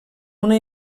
una